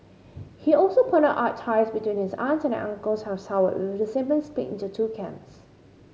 he also pointed out ties between his aunts and uncles have soured with the siblings split into two camps